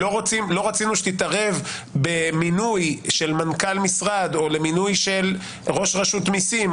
לא רצינו שתתערב במינוי של מנכ"ל משרד או במינוי של ראש רשות המסים,